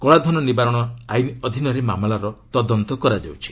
କଳାଧନ ନିବାରଣ ଆଇନ ଅଧୀନରେ ମାମଲାର ତଦନ୍ତ କରାଯାଉଛି